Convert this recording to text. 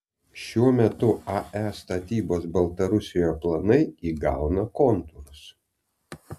šiuo metu ae statybos baltarusijoje planai įgauna kontūrus